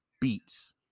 beats